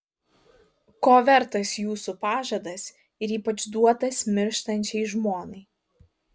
ko vertas jūsų pažadas ir ypač duotas mirštančiai žmonai